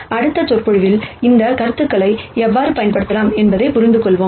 அடுத்த விரிவுரையில் இந்த கருத்துக்களை எவ்வாறு பயன்படுத்தலாம் என்பதைப் புரிந்துகொள்வோம்